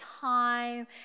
time